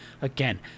Again